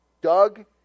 Doug